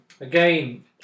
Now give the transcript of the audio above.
again